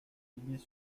villiers